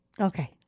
Okay